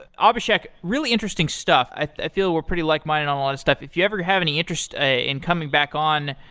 ah abhisheck really interesting stuff. i feel we're pretty likeminded on a lot of stuff. if you ever have any interest in coming back on,